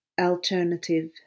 alternative